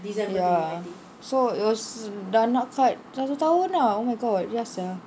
ya so it was dah nak kat satu tahun ah oh my god ya sia